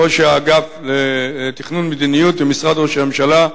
ראש האגף לתכנון מדיניות במשרד ראש הממשלה,